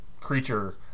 creature